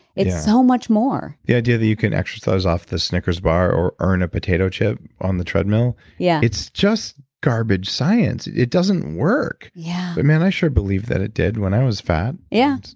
it's so much more the idea that you can exercise off the snickers bar or earn a potato chip on the treadmill, yeah it's just garbage science. it doesn't work. yeah but man i sure believed that it did when i was fat yeah,